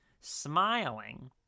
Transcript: smiling